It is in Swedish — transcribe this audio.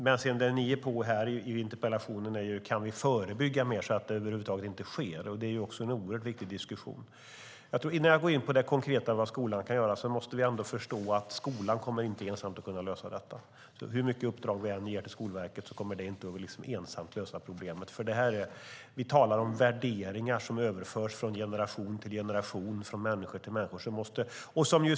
Men i interpellationen är ni inne på om vi kan förebygga mer så att det inte sker över huvud taget. Det är också en oerhört viktig diskussion. Innan jag går in på vad skolan kan göra rent konkret måste vi förstå att skolan inte kommer att kunna lösa detta ensam. Hur många uppdrag vi än ger till Skolverket kommer det inte att ensamt lösa problemet. Vi talar om värderingar som överförs från generation till generation, från människa till människa. De ser annorlunda ut i dag.